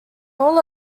all